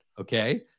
Okay